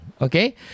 okay